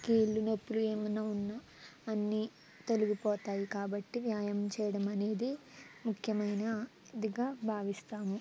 కీళ్ళు నొప్పులు ఏమన్నా ఉన్నా అన్నీ తొలిగిపోతాయి కాబట్టి వ్యాయామం చేయడం అనేది ముఖ్యమైనదిగా భావిస్తాము